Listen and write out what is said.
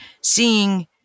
seeing